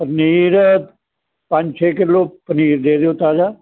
ਪਨੀਰ ਪੰਜ ਛੇ ਕਿਲੋ ਪਨੀਰ ਦੇ ਦਿਓ ਤਾਜ਼ਾ